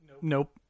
Nope